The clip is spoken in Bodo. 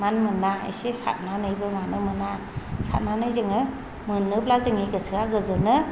मानो मोना एसे सारनानैबो मानो मोना साननानै जोङो मोनोब्ला जोंनि गोसोआ गोजोनो